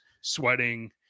sweating